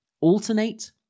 alternate